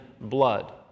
blood